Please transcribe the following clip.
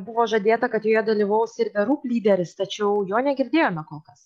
buvo žadėta kad joje dalyvaus ir the roop lyderis tačiau jo negirdėjome kol kas